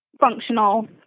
functional